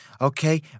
Okay